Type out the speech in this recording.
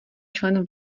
člen